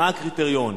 מה הקריטריון?